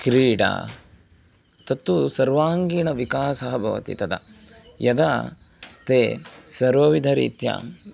क्रीडा तत्तु सर्वाङ्गीणविकासः भवति तदा यदा ते सर्वविधरीत्या